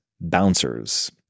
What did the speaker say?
bouncers